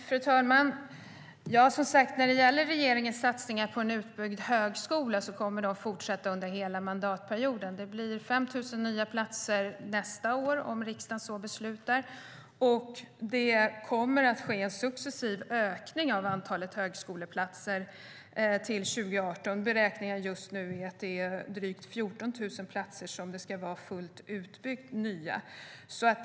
Fru talman! Regeringens satsningar på en utbyggd högskola kommer att fortsätta under hela mandatperioden. Det blir 5 000 nya platser nästa år, om riksdagen så beslutar, och det kommer att ske en successiv ökning av antalet högskoleplatser till 2018. Beräkningen just nu är att det ska vara drygt 14 000 nya platser när det är fullt utbyggt.